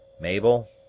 Mabel